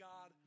God